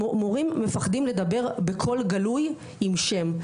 מורים מפחדים לדבר בקול גלוי עם שם.